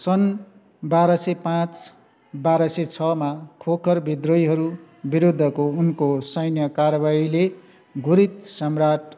सन् बाह्र सय पाँच बाह्र सय छमा खोखर विद्रोहीहरू विरुद्धको उनको सैन्य कारबाहीले घुरिद सम्राट